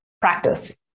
practice